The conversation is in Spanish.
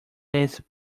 les